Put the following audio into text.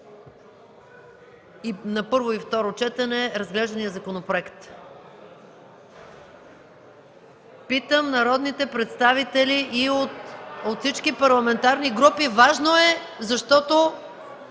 на първо и второ четене разглеждания законопроект? Питам народните представители от всички парламентарни групи. (Шум, оживление